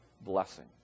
blessing